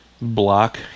block